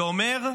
שאומר: